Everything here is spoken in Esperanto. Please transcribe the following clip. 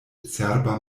cerba